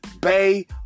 Bay